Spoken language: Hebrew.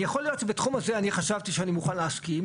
יכול להיות שבתחום הזה חשבתי שאני מוכן להסכים,